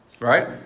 Right